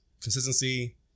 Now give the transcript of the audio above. Consistency